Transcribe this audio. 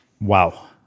Wow